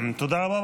תודה רבה.